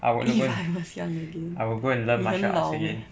if I was young again 你很老 meh